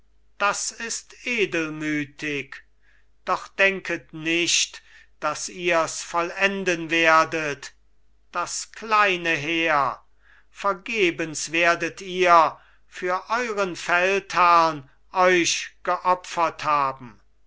das ist edelmütig doch denket nicht daß ihrs vollenden werdet das kleine heer vergebens werdet ihr für euren feldherrn euch geopfert haben